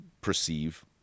perceive